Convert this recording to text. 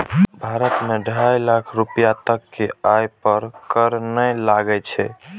भारत मे ढाइ लाख रुपैया तक के आय पर कर नै लागै छै